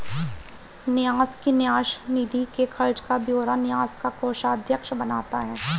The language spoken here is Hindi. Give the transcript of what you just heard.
न्यास की न्यास निधि के खर्च का ब्यौरा न्यास का कोषाध्यक्ष बनाता है